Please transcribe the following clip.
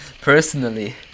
personally